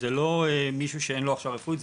זה לא מישהו שאין לו הכשרה רפואית,